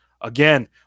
Again